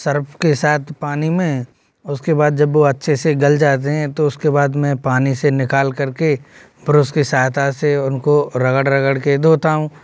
Surf के साथ पानी में उसके बाद जब अच्छे से गल जाते हैं तो उसके बाद में पानी से निकाल करके ब्रोस के सहायता से उनको रगड़ रगड़ के धोता हूँ